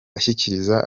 ashyikiriza